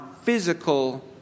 physical